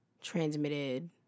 transmitted